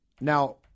Now